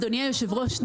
אדוני יושב הראש,